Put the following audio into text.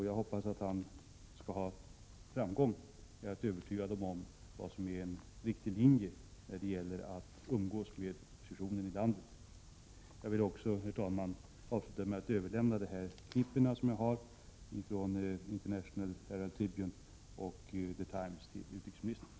Jag hoppas att utrikesministern skall ha framgång med att övertyga detta parti om vad som är en riktig linje när det gäller att umgås med oppositionen i landet. Jag vill, herr talman, avsluta med att till utrikesministern överlämna de tidningsurklipp som jag har från International Herald Tribune och The Times.